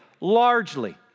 largely